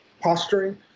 posturing